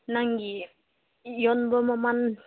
ꯅꯪꯒꯤ ꯌꯣꯟꯕ ꯃꯃꯜ